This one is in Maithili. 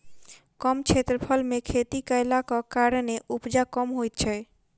कम क्षेत्रफल मे खेती कयलाक कारणेँ उपजा कम होइत छै